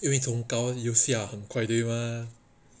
因为从高又下很快对吗